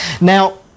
Now